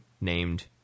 named